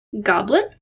Goblin